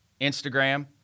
Instagram